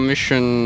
Mission